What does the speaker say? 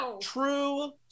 True